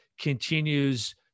continues